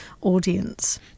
audience